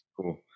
cool